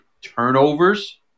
turnovers